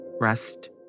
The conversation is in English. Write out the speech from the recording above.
rest